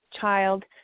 child